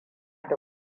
da